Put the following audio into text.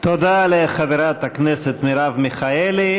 תודה לחברת הכנסת מרב מיכאלי.